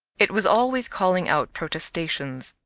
it was always calling out protestations.